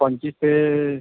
पंचीस ते